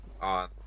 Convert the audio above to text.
on